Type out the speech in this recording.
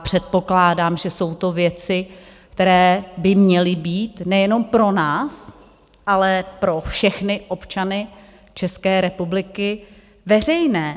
Předpokládám, že to jsou věci, které by měly být nejenom pro nás, ale pro všechny občany České republiky veřejné.